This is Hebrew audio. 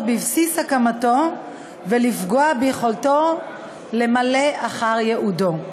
בבסיס הקמתו ולפגוע ביכולתו למלא אחר ייעודו.